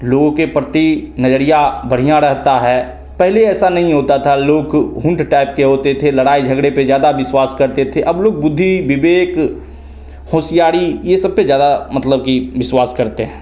लोगो के प्रति नज़रिया बढ़िया रहता है पहले ऐसा नहीं होता था लोग हुंट टाइप के होते थे लड़ाई झगड़े पर ज्यादा विश्वास करते थे अब लोग बुद्धि विवेक होशियारी ये सब पर ज़्यादा मतलब की विश्वास करते हैं